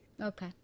Okay